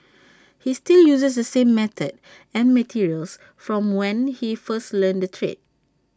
he still uses the same method and materials from when he first learnt the trade